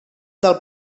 del